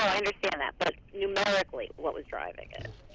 understand that. but numerically, what was driving it?